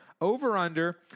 over-under